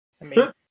Amazing